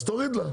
אז תוריד לה,